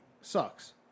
sucks